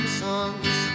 songs